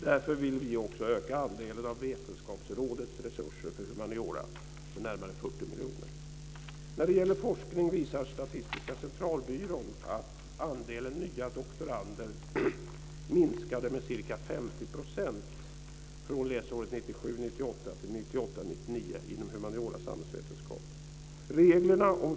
Därför vill vi också öka andelen av Vetenskapsrådets resurser för humaniora med närmare 40 miljoner. När det gäller forskning visar Statistiska centralbyrån att andelen nya doktorander minskade med ca 50 % från läsåret 1997 99 inom humaniora och samhällsvetenskap.